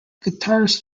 guitarist